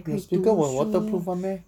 your speaker will waterproof [one] meh